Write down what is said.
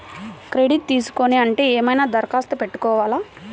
Credit తీసుకోవాలి అంటే ఏమైనా దరఖాస్తు పెట్టుకోవాలా?